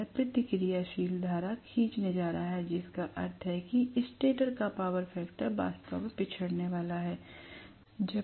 अब यह प्रतिक्रियाशील धारा खींचने जा रहा है जिसका अर्थ है कि स्टेटर का पावर फैक्टर वास्तव में पिछड़ने वाला है